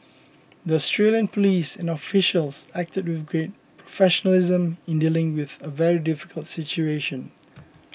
the Australian police and officials acted with great professionalism in dealing with a very difficult situation